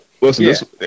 Listen